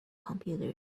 computer